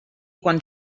quan